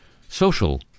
social